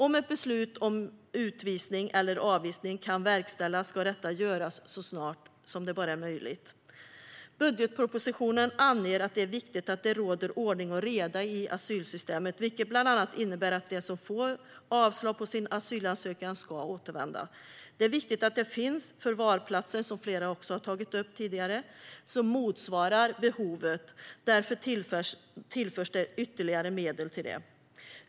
Om ett beslut om utvisning eller avvisning kan verkställas ska detta göras så snart som möjligt. Budgetpropositionen anger att det är viktigt att det råder ordning och reda i asylsystemet, vilket bland annat innebär att de som får avslag på sin asylansökan ska återvända. Precis som flera har tagit upp är det viktigt att det finns förvarsplatser som motsvarar behovet, och därför tillförs ytterligare medel till det.